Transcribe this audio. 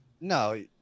no